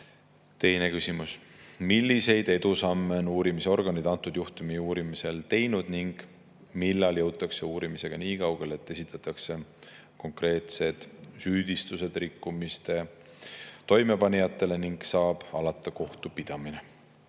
Teine küsimus: milliseid edusamme on uurimisorganid antud juhtumi uurimisel teinud ning millal jõutakse uurimisega nii kaugele, et esitatakse konkreetsed süüdistused rikkumiste toimepanijatele ning saab alata kohtupidamine?